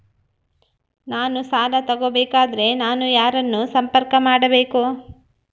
ನಾನು ಸಾಲ ತಗೋಬೇಕಾದರೆ ನಾನು ಯಾರನ್ನು ಸಂಪರ್ಕ ಮಾಡಬೇಕು?